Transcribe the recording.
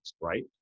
Right